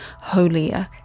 holier